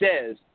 says